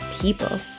people